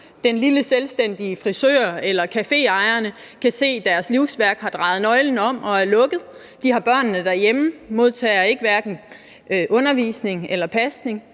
den lille selvstændige frisør eller caféejer kan se deres livsværk forsvinde, har drejet nøglen om og er lukket. De har børnene derhjemme, som hverken modtager undervisning eller pasning.